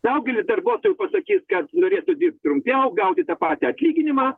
daugelis darbuotojų pasakys kad norėtų dirbt trumpiau gauti tą patį atlyginimą